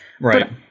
Right